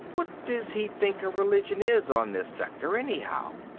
what does he think a religion is, on this sector, anyhow?